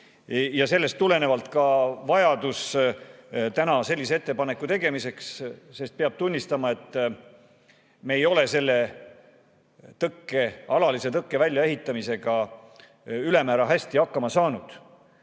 sellest tulenevalt on ka vajadus täna selline ettepanek teha, sest peab tunnistama, et me ei ole selle alalise tõkke väljaehitamisega ülemäära hästi hakkama saanud.